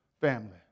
family